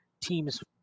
teams